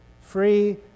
free